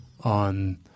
on